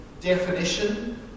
definition